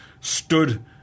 stood